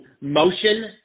motion